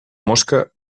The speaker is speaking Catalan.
mosca